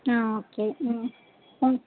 ஆ okay ம் ம்